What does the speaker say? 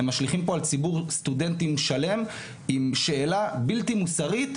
הם משליכים פה על ציבור סטודנטים שלם עם שאלה בלתי מוסרית,